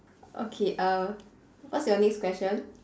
okay err what's your next question